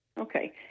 Okay